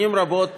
שנים רבות